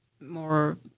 more